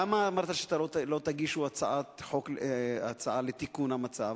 למה אמרת שלא תגישו הצעת חוק, הצעה לתיקון המצב?